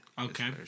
Okay